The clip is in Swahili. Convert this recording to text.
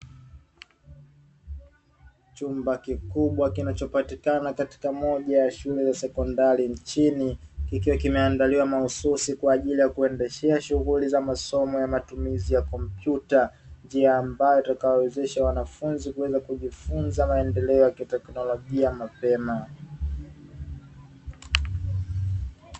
Chumba kikubwa kinachopatikana katika moja ya shule za sekondari nchini, kikiwa kimeandaliwa mahusisi kwa ajili ya kuendeshea shughuli za masomo ya matumizi ya kompyuta. Njia ambayo itakayowezesha wanafunzi kuweza kujifunza maendeleo ya kiteknolojia mapema.